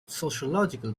sociological